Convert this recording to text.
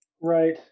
Right